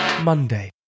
Monday